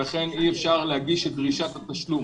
לכן אי אפשר להגיש את דרישת התשלום.